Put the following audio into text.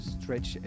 Stretch